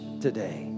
today